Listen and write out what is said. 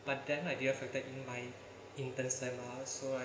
but then I didn't factor in my interns level so I